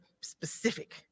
specific